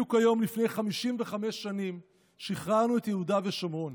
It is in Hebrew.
בדיוק היום לפני 55 שנים שחררנו את יהודה ושומרון.